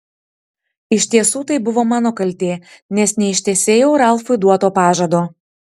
iš tiesų tai buvo mano kaltė nes neištesėjau ralfui duoto pažado